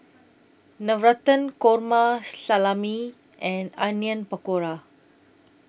Navratan Korma Salami and Onion Pakora